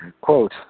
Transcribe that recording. quote